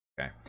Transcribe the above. Okay